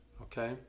Okay